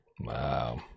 Wow